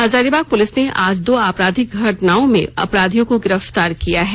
Hazaribagh police ने आज दो आपराधिक घटनाओं में अपराधियों को गिरफ्तार किया है